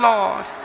Lord